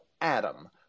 Adam